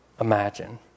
imagine